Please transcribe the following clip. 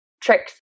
tricks